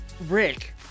Rick